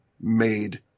made